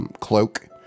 cloak